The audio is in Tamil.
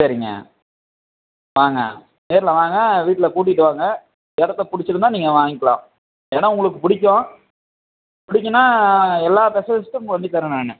சரிங்க வாங்க நேர்ல வாங்க வீட்டில கூட்டிட்டு வாங்க இடத்த பிடிச்சுருந்தா நீங்கள் வாங்கிக்கலாம் இடம் உங்களுக்கு பிடிக்கும் பிடிக்கும்னா எல்லா பெசலிஸ்ட்டும் பண்ணித் தர்றேன் நான்